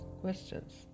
questions